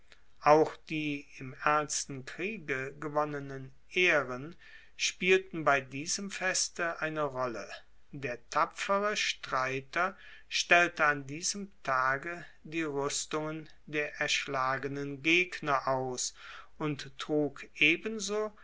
auch die im ernsten kriege gewonnenen ehren spielten bei diesem feste eine rolle der tapfere streiter stellte an diesem tage die ruestungen der erschlagenen gegner aus und trug ebenso